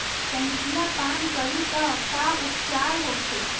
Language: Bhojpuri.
संखिया पान करी त का उपचार होखे?